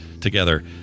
together